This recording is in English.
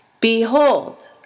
Behold